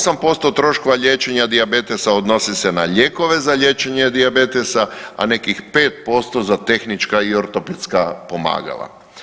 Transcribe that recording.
8% troškova liječenja dijabetesa odnosi se na lijekove za liječenje dijabetesa, a nekih 5% za tehnička i ortopedska pomagala.